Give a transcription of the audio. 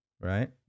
Right